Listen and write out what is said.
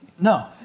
No